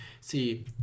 See